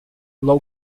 low